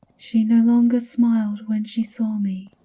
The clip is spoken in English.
she no longer smiled when she saw me,